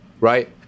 right